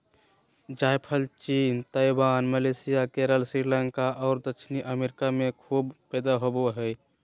जायफल चीन, Taiwan, Malaysia, Kerala, Sri Lanka और दक्षिणी अमेरिका में खूब पैदा होबो हइ